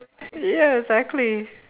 ya exactly